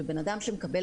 ובן אדם שמקבל